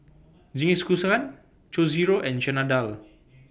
Jingisukan Chorizo and Chana Dal